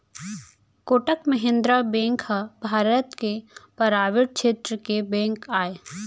Kotak Mahindra bank ह भारत के private छेत्र के बेंक आय